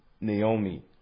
Naomi